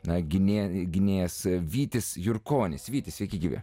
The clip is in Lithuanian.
na ginė gynėjas vytis jurkonis vytis sveiki gyvi